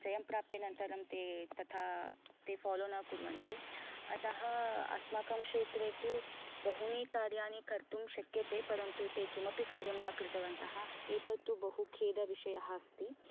जयं प्राप्यानन्तरं ते तथा फालो न कुर्वन्ति अतः अस्माकं क्षेत्रे तु बहूनि कार्याणि कर्तुं शक्यते परन्तु ते किमपि कार्यं न कृतवन्तः एतद् तु बहु खेदविषयः अस्ति